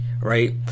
right